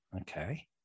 Okay